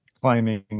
climbing